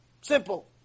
Simple